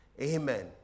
Amen